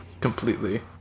completely